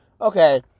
Okay